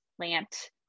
plant